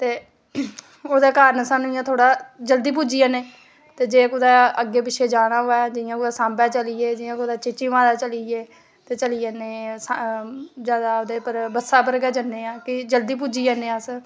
ते ओह्दे कारण अस थोह्ड़ा इंया जल्दी पुज्जी जन्ने जे कुदै अग्गें पिच्छें जाना होऐ जियां कुदै सांबा चली गे चीची माता चली गे ते उत्थें चली जन्ने जादै ओह्दे पर बस्सा पर गै जन्ने